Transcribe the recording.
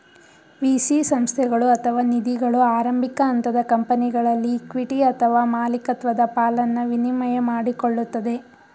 VC ಸಂಸ್ಥೆಗಳು ಅಥವಾ ನಿಧಿಗಳು ಆರಂಭಿಕ ಹಂತದ ಕಂಪನಿಗಳಲ್ಲಿ ಇಕ್ವಿಟಿ ಅಥವಾ ಮಾಲಿಕತ್ವದ ಪಾಲನ್ನ ವಿನಿಮಯ ಮಾಡಿಕೊಳ್ಳುತ್ತದೆ